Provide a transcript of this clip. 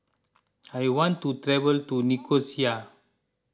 I want to travel to Nicosia